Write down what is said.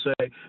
say